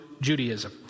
Judaism